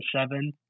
seven